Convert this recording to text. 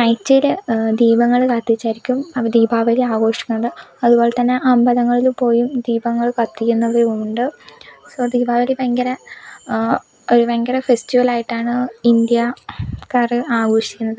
നൈറ്റില് ദീപങ്ങള് കത്തിച്ചായിരിക്കും ആ ദീപാവലി ആഘോഷിക്കുന്നത് അതുപോലെ തന്നെ അമ്പലങ്ങളിൽ പോയി ദീപങ്ങൾ കത്തിക്കുന്നവരും ഉണ്ട് സോ ദീപാവലി ഭയങ്കര ആ ഒരു ഭയങ്കര ഫെസ്റ്റിവല്ലായിട്ടാണ് ഇന്ത്യക്കാര് ആഘോഷിക്കുന്നത്